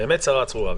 באמת צרה צרורה.